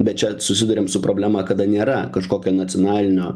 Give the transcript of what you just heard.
bet čia susiduriam su problema kada nėra kažkokio nacionalinio